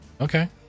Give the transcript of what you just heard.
Okay